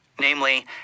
namely